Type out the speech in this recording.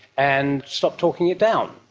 and stop talking it down.